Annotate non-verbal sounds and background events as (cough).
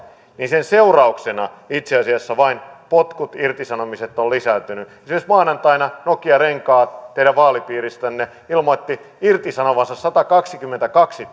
niin sen seurauksena itse asiassa vain potkut irtisanomiset ovat lisääntyneet esimerkiksi maanantaina nokian renkaat teidän vaalipiiristänne ilmoitti irtisanovansa satakaksikymmentäkaksi (unintelligible)